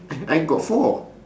I got four